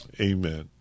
Amen